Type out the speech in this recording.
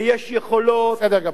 ויש יכולות, בסדר גמור.